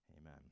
Amen